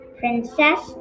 princess